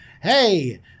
hey